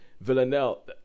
Villanelle